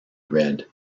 red